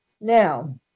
Now